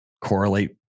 correlate